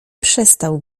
przestał